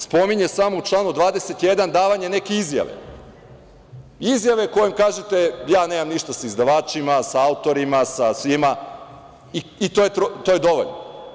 Spominje samo u članu 21. davanje neke izjave, izjave kojom kažete – ja nemam ništa sa izdavačima, sa autorima, sa svima, i to je dovoljno.